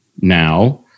now